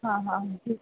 हां हां ठीक